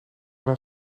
mijn